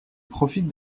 profite